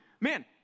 man